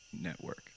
network